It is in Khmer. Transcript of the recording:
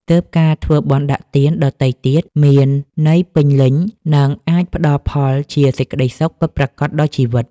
ទើបការធ្វើបុណ្យដាក់ទានដទៃទៀតមានន័យពេញលេញ និងអាចផ្តល់ផលជាសេចក្ដីសុខពិតប្រាកដដល់ជីវិត។